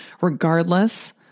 regardless